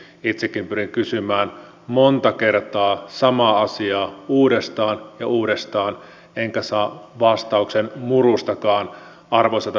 itsekin pyrin kysymään monta kertaa samaa asiaa uudestaan ja uudestaan enkä saa vastauksen murustakaan arvoisalta ministeriltä